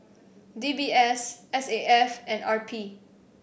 D B S S A F and R P